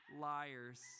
liars